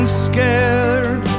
scared